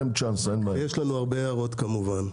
יש לנו הרבה הערות כמובן.